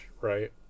right